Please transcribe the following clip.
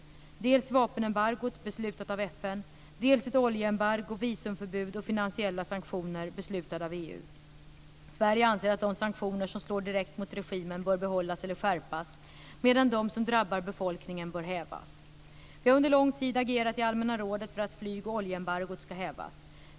Det är dels vapenembargot beslutat av FN, dels ett oljeembargo, visumförbud och finansiella sanktioner beslutade av EU. Sverige anser att de sanktioner som slår direkt mot regimen bör behållas eller skärpas medan de som drabbar befolkningen bör hävas. Vi har under lång tid agerat i Allmänna rådet för att flyg och oljeembargot ska hävas.